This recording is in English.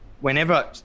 whenever